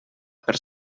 per